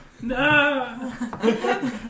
No